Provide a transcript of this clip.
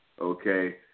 Okay